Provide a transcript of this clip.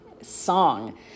song